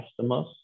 customers